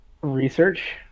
Research